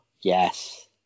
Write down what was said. Yes